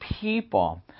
people